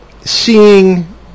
seeing